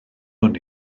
hwn